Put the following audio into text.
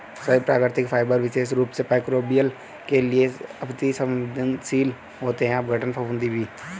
सभी प्राकृतिक फाइबर विशेष रूप से मइक्रोबियल के लिए अति सवेंदनशील होते हैं अपघटन, फफूंदी भी